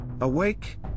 Awake